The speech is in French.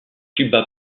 cuba